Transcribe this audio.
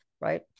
Right